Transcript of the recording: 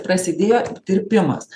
prasidėjo tirpimas